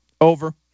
Over